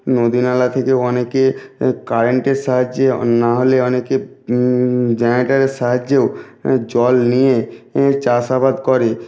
নদী নালা থেকেও অনেকে কারেন্টের সাহায্যে না হলে অনেকে জেনারেটারের সাহায্যেও জল নিয়ে চাষাবাদ করে